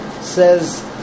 says